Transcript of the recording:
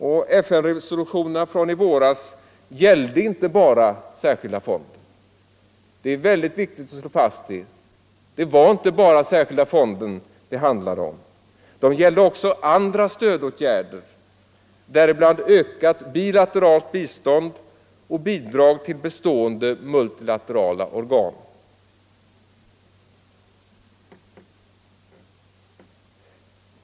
Och FN-resolutionerna från i våras gällde inte bara den särskilda fonden; det är mycket viktigt att slå fast detta. De gällde också andra stödåtgärder, däribland ökat bilateralt bistånd och bidrag till bestående multilaterala organ.